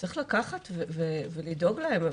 צריך לקחת ולדאוג להם.